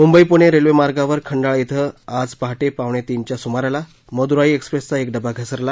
मुंबई पुणे रेल्वेमार्गावर खंडाळा श्रे आज पहाटे पावणेतीनच्या सुमाराला मदुराई एक्सप्रेसचा एक डबा घसरला